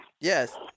yes